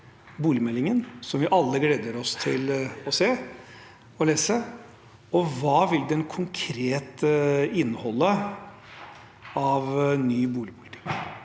boligmeldingen som vi alle gleder oss til å se og lese, og hva vil den konkret inneholde av ny boligpolitikk?